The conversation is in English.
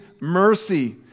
mercy